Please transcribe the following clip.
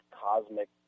cosmic